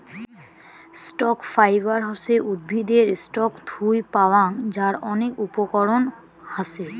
stock fibre হসে উদ্ভিদের stock থুই পাওয়াং যার অনেক উপকরণ হাছে